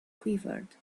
quivered